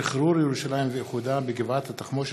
שחרור ירושלים ואיחודה בגבעת התחמושת,